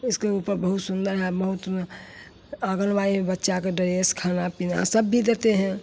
इसके ऊपर बहुत सुन्दर है बहुत आँगनबाड़ी में बच्चा के डेरेस खाना पीना सब भी देते हैं